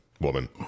woman